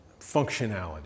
functionality